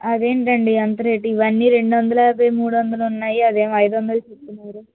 అది ఏంటండి అంత రేటు ఇవన్నీ రెండు వందల యాభై మూడు వందలు ఉన్నాయి అదేమో ఐదు వందలు చెప్తున్నారు